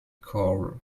choral